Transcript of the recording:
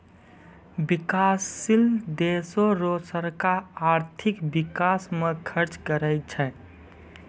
बिकाससील देसो रो सरकार आर्थिक बिकास म खर्च करै छै